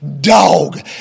dog